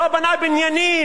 לא בנה בניינים,